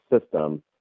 system